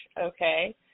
okay